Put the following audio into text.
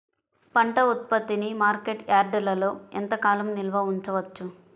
పంట ఉత్పత్తిని మార్కెట్ యార్డ్లలో ఎంతకాలం నిల్వ ఉంచవచ్చు?